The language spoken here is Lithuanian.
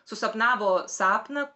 susapnavo sapną